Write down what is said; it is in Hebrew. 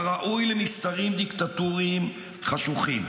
כראוי למשטרים דיקטטוריים חשוכים.